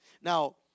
Now